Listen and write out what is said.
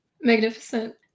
Magnificent